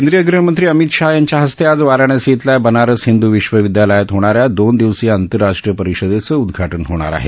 केंद्रिय गृहमंत्री अमित शाह यांच्या हस्ते आज वाराणसी इथल्या बनारस हिंद् विश्वविद्यालयात होणाऱ्या दोन दिवसीय आतंरराष्ट्रीय परिषदेच उद्घाटन होणार आहे